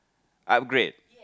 upgrade